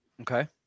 Okay